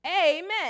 Amen